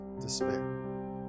despair